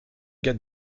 gars